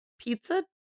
pizza